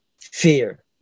fear